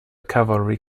cavalry